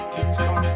Kingston